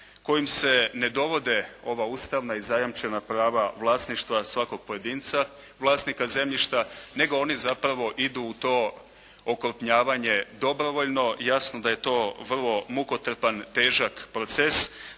kojim se ne dovode ova ustavna i zajamčena prava vlasništva svakog pojedinca vlasnika zemljišta, nego oni zapravo idu u to okrupnjavanje dobrovoljno. Jasno da je to vrlo mukotrpan, težak proces.